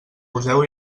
poseu